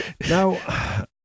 Now